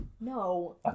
No